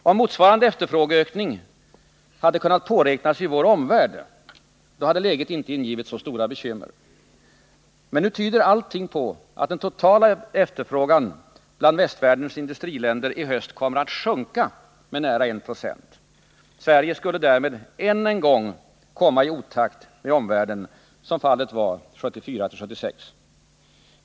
Om motsvarande efterfrågeökning hade kunnat påräknas i vår omvärld, hade läget inte ingivit så stora bekymmer. Men nu tyder allting på att den totala efterfrågan bland västvärldens industriländer i höst kommer att sjunka med nära 1 96. Sverige skulle därmed än en gång komma i otakt med omvärlden, som fallet var 1974-1976.